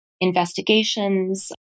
investigations